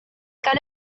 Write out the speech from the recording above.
gan